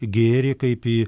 gėrį kaip į